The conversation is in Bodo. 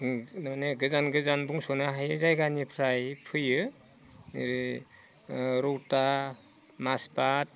माने गोजान गोजान बुंस'नो हायि जायगानिफ्राय फैयो ओरै रौता माजबाट